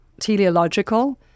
teleological